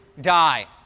die